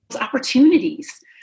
opportunities